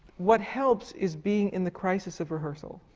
what helps is being in the crisis of rehearsal.